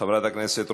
חברת הכנסת רוזין,